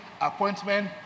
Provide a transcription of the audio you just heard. appointment